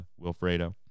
Wilfredo